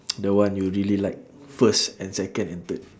the one you really like first and second and third